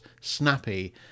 snappy